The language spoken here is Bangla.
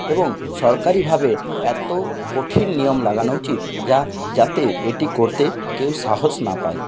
এবং সরকারিভাবে এতো কঠিন নিয়ম লাগানো উচিত যা যাতে এটি করতে কেউ সাহস না পায়